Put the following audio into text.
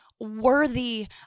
worthy